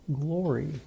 glory